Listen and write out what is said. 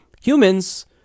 humans